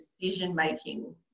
decision-making